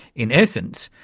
in essence,